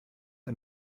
ein